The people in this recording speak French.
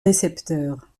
récepteur